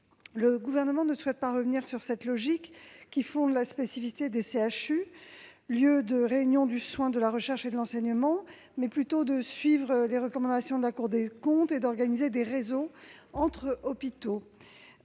Le Gouvernement ne souhaite pas revenir sur cette logique qui fonde la spécificité des CHU, lieu de réunion du soin, de la recherche et de l'enseignement. Il préfère suivre les recommandations de la Cour des comptes et organiser des réseaux entre hôpitaux.